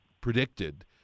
predicted